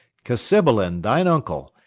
cassibelan, thine uncle,